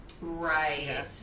Right